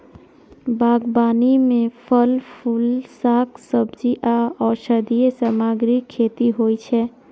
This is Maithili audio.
बागबानी मे फल, फूल, शाक, सब्जी आ औषधीय सामग्रीक खेती होइ छै